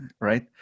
right